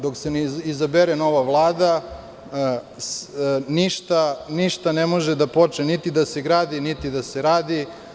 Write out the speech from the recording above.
Dok se ne izabere nova Vlada ništa ne može da počne niti da se gradi, niti da se radi.